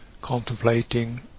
contemplating